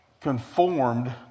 conformed